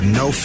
no